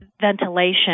ventilation